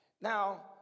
Now